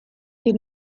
die